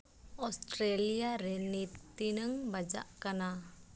Australia ᱨᱮ ᱱᱤᱛ ᱛᱤᱱᱟᱹᱜ ᱵᱟᱡᱟᱜ ᱠᱟᱱᱟ